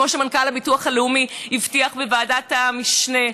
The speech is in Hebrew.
כמו שמנכ"ל הביטוח הלאומי הבטיח בוועדת המשנה,